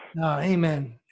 Amen